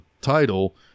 title